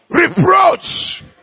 Reproach